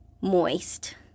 moist